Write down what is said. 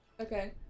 okay